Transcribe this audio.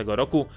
roku